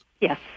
Yes